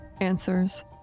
answers